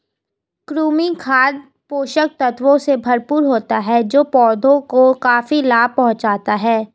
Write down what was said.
कृमि खाद पोषक तत्वों से भरपूर होता है जो पौधों को काफी लाभ पहुँचाता है